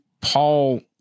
Paul